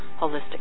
holistic